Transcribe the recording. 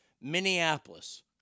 Minneapolis